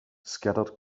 scattered